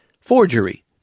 forgery